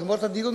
נגמור את הדיון,